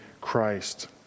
Christ